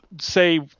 say